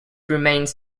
remains